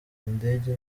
indege